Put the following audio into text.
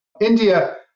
India